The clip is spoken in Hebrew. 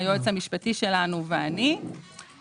היועץ המשפטי שלנו ואני,